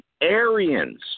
Aryans